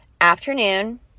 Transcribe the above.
afternoon